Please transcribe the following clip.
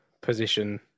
position